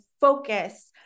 focus